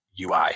UI